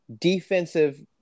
defensive